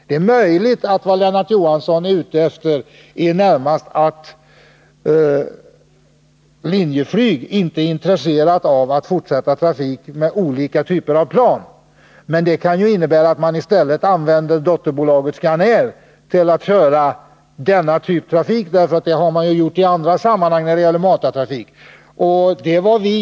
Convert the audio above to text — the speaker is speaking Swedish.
Det är möjligt att det Lennart Johansson närmast är ute efter är att Linjeflyg inte är intresserat av att fortsätta trafik med olika typer av plan. Men det kan juinnebära att man i stället använder dotterbolaget Scanair för denna typ av trafik — det har man gjort i andra sammanhang när det gäller matartrafik.